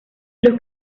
los